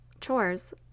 chores